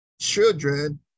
children